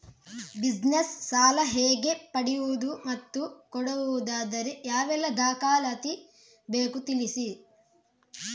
Business ಸಾಲ ಹೇಗೆ ಪಡೆಯುವುದು ಮತ್ತು ಕೊಡುವುದಾದರೆ ಯಾವೆಲ್ಲ ದಾಖಲಾತಿ ಬೇಕು ತಿಳಿಸಿ?